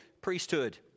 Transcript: priesthood